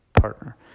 partner